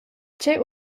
tgei